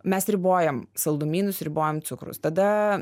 mes ribojam saldumynus ribojam cukrus tada